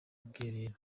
ubwiherero